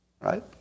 right